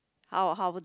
how how